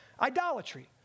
idolatry